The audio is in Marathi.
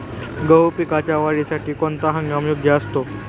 गहू पिकाच्या वाढीसाठी कोणता हंगाम योग्य असतो?